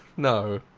no.